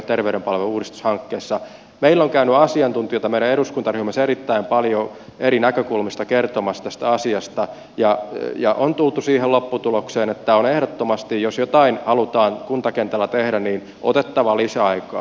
meillä on käynyt asiantuntijoita meidän eduskuntaryhmässämme erittäin paljon kertomassa eri näkökulmista tästä asiasta ja on tultu siihen lopputulokseen että on ehdottomasti jos jotain halutaan kuntakentällä tehdä otettava lisäaikaa